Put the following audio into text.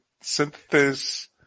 synthesis